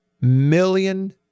million